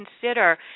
consider